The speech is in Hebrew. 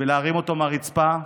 להרים אותו מהרצפה,